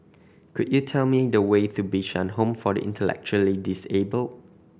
could you tell me the way to Bishan Home for the Intellectually Disable